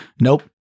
Nope